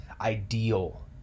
ideal